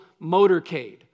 motorcade